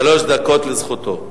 שלוש דקות לזכותו.